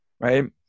right